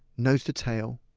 nose-to-tail,